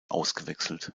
ausgewechselt